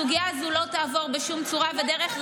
הסוגיה הזאת לא תעבור בשום צורה ודרך,